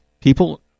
People